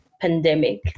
pandemic